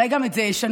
אולי גם את זה ישנו.